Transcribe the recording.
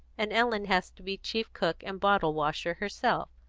and ellen has to be chief cook and bottlewasher herself.